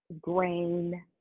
grain